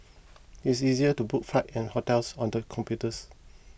it is easier to book flights and hotels on the computers